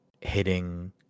hitting